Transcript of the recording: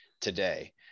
today